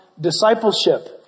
discipleship